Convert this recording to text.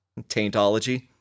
Taintology